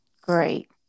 Great